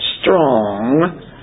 strong